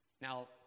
Now